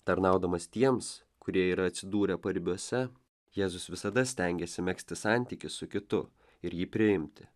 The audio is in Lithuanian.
tarnaudamas tiems kurie yra atsidūrę paribiuose jėzus visada stengėsi megzti santykį su kitu ir jį priimti